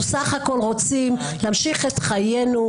אנחנו סך הכול רוצים להמשיך את חיינו.